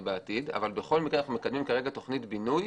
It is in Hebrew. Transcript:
בעתיד אבל אנחנו מקדמים כרגע תוכנית בינוי